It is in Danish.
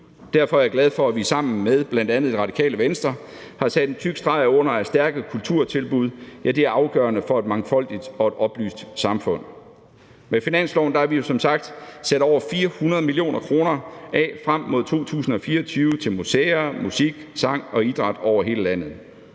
Derfor er jeg glad for, at vi sammen med bl.a. Radikale Venstre har sat en tyk streg under, at stærke kulturtilbud er afgørende for et mangfoldigt og oplyst samfund. Kl. 16:13 Med finansloven har vi som sagt sat over 400 mio. kr. af frem mod 2024 til museer, musik, sang og idræt over hele landet.